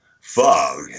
fog